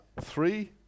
three